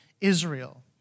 Israel